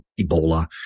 Ebola